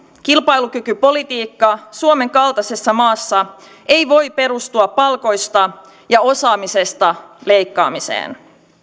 kilpailukykypolitiikka suomen kaltaisessa maassa ei voi perustua palkoista ja osaamisesta leikkaamiseen